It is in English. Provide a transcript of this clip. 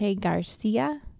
Garcia